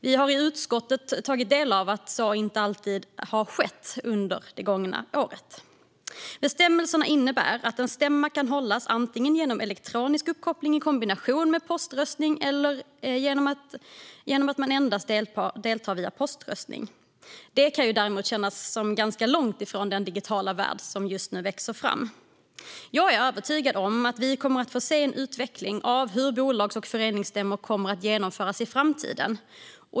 Vi har i utskottet tagit del av uppgifter om att så inte alltid har skett under det gångna året. Bestämmelserna innebär att en stämma kan hållas antingen genom elektronisk uppkoppling i kombination med poströstning eller genom att man deltar endast genom poströstning. Det, däremot, kan kännas ganska långt från den digitala värld som just nu växer fram. Jag är övertygad om att vi kommer att få se en utveckling av hur bolags och föreningsstämmor genomförs i framtiden.